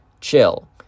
chill